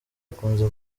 akunze